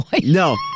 no